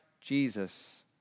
Jesus